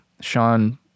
Sean